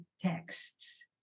texts